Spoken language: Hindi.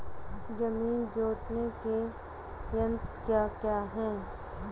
जमीन जोतने के यंत्र क्या क्या हैं?